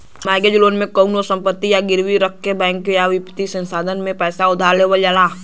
mortgage loan में कउनो संपत्ति के गिरवी रखकर बैंक या वित्तीय संस्थान से पैसा उधार लेवल जाला